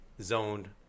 zoned